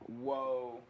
whoa